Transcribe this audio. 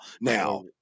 now